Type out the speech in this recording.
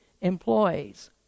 employees